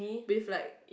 with like